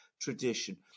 tradition